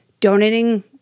donating